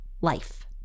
life